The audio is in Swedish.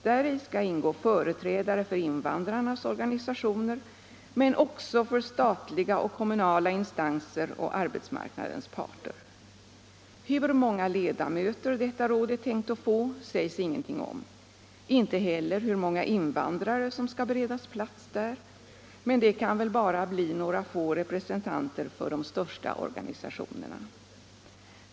Däri skall ingå företrädare för invandrarnas organisationer, men också för statliga och kommunala instanser och arbetsmarknadens parter. Hur många ledamöter detta råd är tänkt att få sägs ingenting om, inte heller hur många invandrare som skall beredas plats där, men det kan väl bara bli några få representanter för de största organisationerna.